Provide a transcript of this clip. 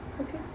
okay